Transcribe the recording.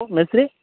மேஸ்திரி